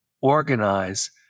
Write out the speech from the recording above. organize